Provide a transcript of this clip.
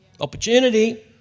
Opportunity